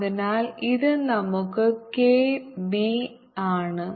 അതിനാൽ ഇത് നമ്മുടെ കെ ബി ആണ്